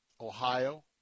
Ohio